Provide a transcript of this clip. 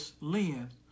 lens